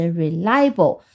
reliable 。